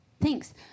Thanks